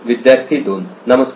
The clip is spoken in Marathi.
विद्यार्थी 2 नमस्कार